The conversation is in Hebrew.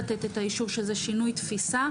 לתת את האישור שזה שינוי תפיסה,